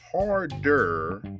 harder